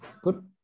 Good